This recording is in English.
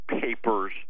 Papers